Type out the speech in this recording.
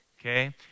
okay